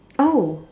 oh